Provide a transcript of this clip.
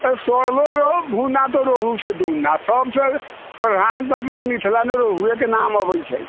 आओर सड़लो भुन्ना तऽ रोहुसँ दुन्ना सभसँ प्रधान तऽ अपना मिथिलामे रोहुएके नाम होइ छै